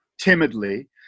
timidly